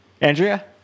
Andrea